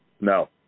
No